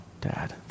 dad